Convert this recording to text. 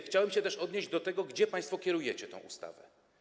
Chciałem się też odnieść do tego, gdzie państwo kierujecie tę ustawę.